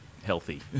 Healthy